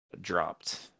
dropped